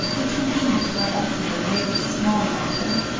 which indeed were often a very small matter,